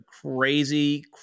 crazy